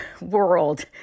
world